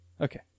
Okay